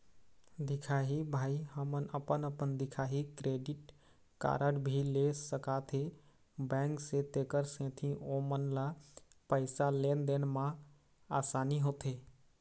दिखाही भाई हमन अपन अपन दिखाही क्रेडिट कारड भी ले सकाथे बैंक से तेकर सेंथी ओमन ला पैसा लेन देन मा आसानी होथे?